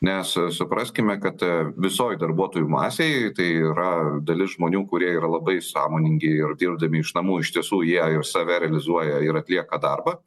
nes supraskime kad visoj darbuotojų masėj tai yra dalis žmonių kurie yra labai sąmoningi ir dirbdami iš namų iš tiesų jie ir save realizuoja ir atlieka darbą